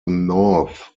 north